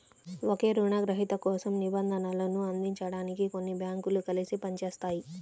ఒకే రుణగ్రహీత కోసం నిధులను అందించడానికి కొన్ని బ్యాంకులు కలిసి పని చేస్తాయి